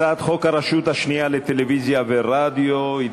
הצעת חוק הרשות השנייה לטלוויזיה ורדיו (תיקון מס' 33) (תיקון